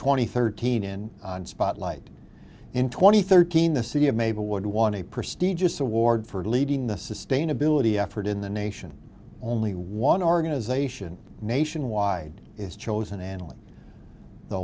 twenty thirteen in spotlight in twenty thirteen the city of maplewood want a prestigious award for leading the sustainability effort in the nation only one organization nationwide is chosen annulling the